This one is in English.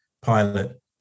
pilot